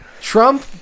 Trump